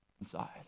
inside